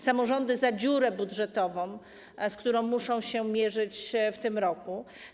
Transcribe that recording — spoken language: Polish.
Samorządy - za dziurę budżetową, z którą muszą się mierzyć w tym roku.